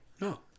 No